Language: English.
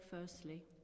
firstly